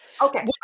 Okay